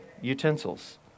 utensils